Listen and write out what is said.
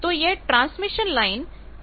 तो यह transmission line इससे होते हुए जा रही है